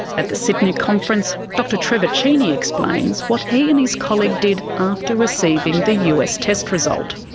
at the sydney conference, dr trevor cheney explains what he and his colleague did after receiving the us test result.